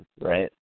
right